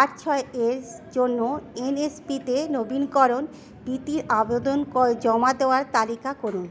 আট ছয় এস জন্য এন এস পিতে নবীকরণ বৃত্তির আবেদন জমা দেওয়ার তালিকা করুন